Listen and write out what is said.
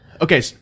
Okay